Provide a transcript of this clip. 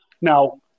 Now